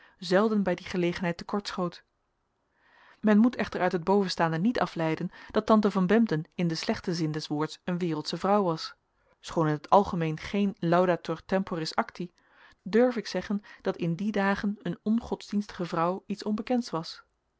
zelden bij die gelegenheid te kort schoot men moet echter uit het bovenstaande niet afleiden dat tante van bempden in den slechten zin des woords een wereldsche vrouw was schoon in t algemeen geen laudator temporis acti durf ik zeggen dat in die dagen een ongodsdienstige vrouw iets onbekends was